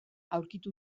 aurkitu